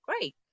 great